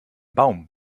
baum